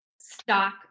stock